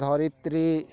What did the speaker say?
ଧରିତ୍ରୀ